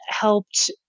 helped